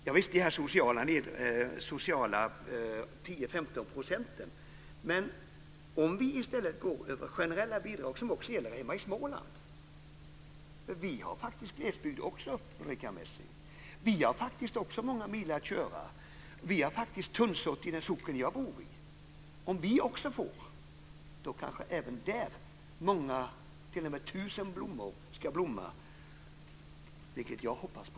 Javisst, vi har sänkningen av de sociala avgifterna med 10-15 %. Men låt oss i stället gå över generella bidrag som också gäller hemma i Småland. Vi har faktiskt också glesbygd, Ulrica Messing. Vi har faktiskt också många mil att köra. Vi har faktiskt tunnsått i den socken jag bor i. Om vi också får del av detta kanske tusen blommor kan blomma även där, vilket jag hoppas på.